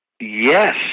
Yes